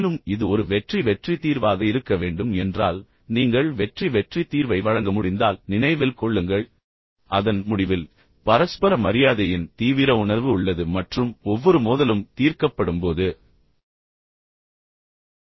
மேலும் இது ஒரு வெற்றி வெற்றி தீர்வாக இருக்க வேண்டும் என்றால் நீங்கள் வெற்றி வெற்றி தீர்வை வழங்க முடிந்தால் நினைவில் கொள்ளுங்கள் அதன் முடிவில் பரஸ்பர மரியாதையின் தீவிர உணர்வு உள்ளது மற்றும் ஒவ்வொரு மோதலும் தீர்க்கப்படும்போது அன்பு ஆழமாக வளர்கிறது